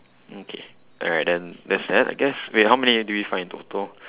okay alright then there's that I guess wait how many did we find in total